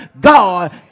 God